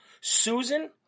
Susan